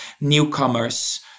newcomers